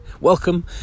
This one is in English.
Welcome